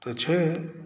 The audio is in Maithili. तऽ छै